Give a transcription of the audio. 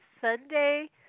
Sunday